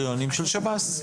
שב"ס.